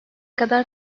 kadar